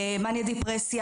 מאניה-דיפרסיה,